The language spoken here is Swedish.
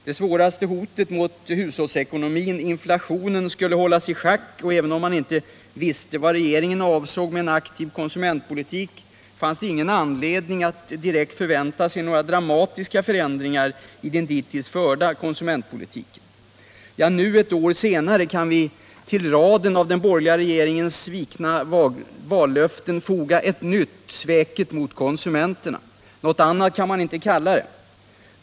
Det svåraste hotet mot hushållsekonomin — inflationen — skulle hållas i schack, och även om man inte visste vad regeringen avsåg med en aktiv konsumentpolitik fanns det ingen anledning att direkt vänta sig några dramatiska förändringar i den dittills förda konsumentpolitiken. Nu, ett år senare, kan vi till raden av den borgerliga regeringens svikna vallöften foga ett nytt — sveket mot konsumenterna. Något annat kan man inte kalla det.